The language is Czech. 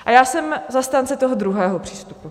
A já jsem zastánce toho druhého přístupu.